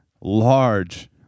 large